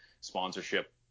sponsorship